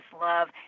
love